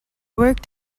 worked